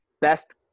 best